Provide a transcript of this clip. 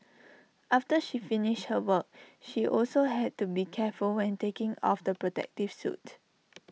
after she finished her work she also had to be careful when taking off the protective suit